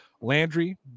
Landry